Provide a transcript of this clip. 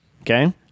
Okay